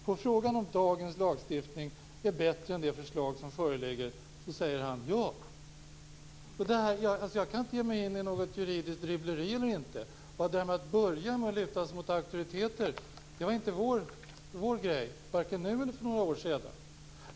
På frågan om dagens lagstiftning är bättre än det förslag som föreligger säger samme sagde Westerlund ja. Jag kan inte ge mig in i något juridiskt dribbleri. Att börja med att luta sig mot auktoriteter var så att säga inte vår grej, vare sig nu eller för några år sedan.